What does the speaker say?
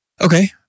okay